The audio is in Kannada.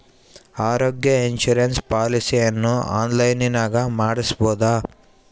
ಆರೋಗ್ಯ ಇನ್ಸುರೆನ್ಸ್ ಪಾಲಿಸಿಯನ್ನು ಆನ್ಲೈನಿನಾಗ ಮಾಡಿಸ್ಬೋದ?